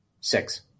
six